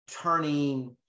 turning